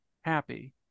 happy